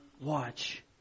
watch